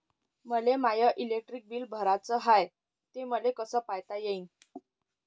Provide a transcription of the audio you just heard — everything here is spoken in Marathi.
मले माय इलेक्ट्रिक बिल भराचं हाय, ते मले कस पायता येईन?